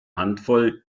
handvoll